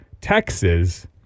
Texas